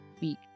week